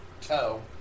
toe